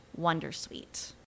wondersuite